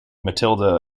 matilda